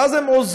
ואז הם עוזבים